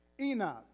Enoch